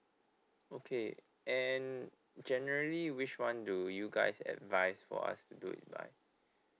okay and generally which one do you guys advice for us to do it by